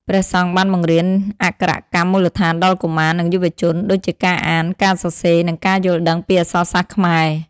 ព្រះសង្ឃបានបង្រៀនអក្ខរកម្មមូលដ្ឋានដល់កុមារ និងយុវជន ដូចជាការអាន ការសរសេរ និងការយល់ដឹងពីអក្សរសាស្ត្រខ្មែរ។